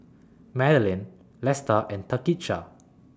Madilyn Lesta and Takisha